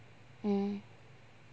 mm